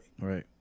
Right